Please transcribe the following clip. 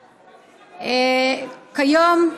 כיום,